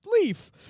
leaf